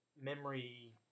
memory